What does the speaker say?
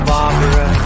Barbara